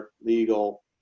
legal